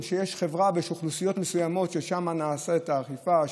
שיש חברה ויש אוכלוסיות מסוימות שבהן נעשית האכיפה,